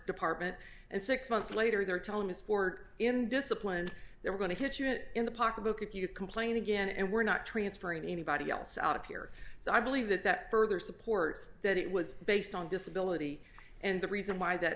department and six months later they're telling his board in discipline they were going to hit your head in the pocketbook if you complain again and we're not transferring anybody else out of here so i believe that that further supports that it was based on disability and the reason why that